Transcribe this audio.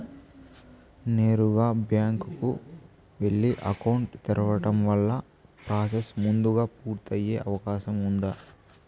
నేరుగా బ్యాంకు కు వెళ్లి అకౌంట్ తెరవడం వల్ల ప్రాసెస్ ముందుగా పూర్తి అయ్యే అవకాశం ఉందా?